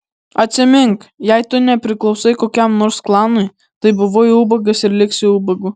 atsimink jei tu nepriklausai kokiam nors klanui tai buvai ubagas ir liksi ubagu